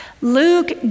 Luke